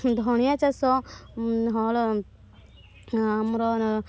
ଧନିଆ ଚାଷ ହଳ ଆମର